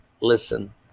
Listen